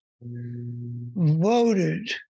voted